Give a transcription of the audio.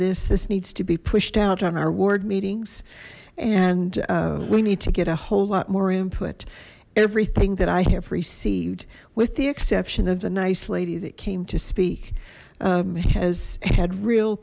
this this needs to be pushed out on our ward meetings and we need to get a whole lot more input everything that i have received with the exception of a nice lady that came to speak has had real